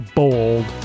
bold